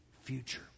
future